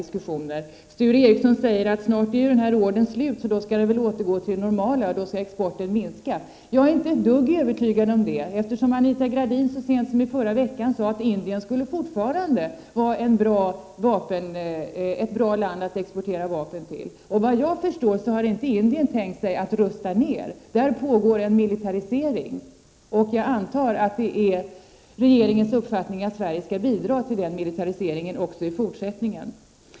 Sture Ericson säger att snart är Indienordern slut, och då skall exporten minska och återgå till det normala. Jag är inte ett dugg övertygad om det, eftersom Anita Gradin så sent som i förra veckan sade att Indien fortfarande skulle vara ett bra land att exportera vapen till. Vad jag förstår, har inte Indien tänkt sig rusta ner. Där pågår en militarisering, och jag antar att det är regeringens uppfattning att Sverige skall bidra till den militariseringen också i fortsättningen.